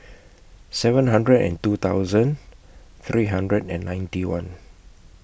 seven hundred and two hundred three hundred and ninety one